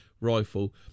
Rifle